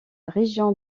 région